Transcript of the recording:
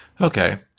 Okay